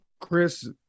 chris